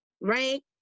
right